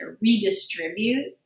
redistribute